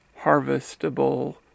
harvestable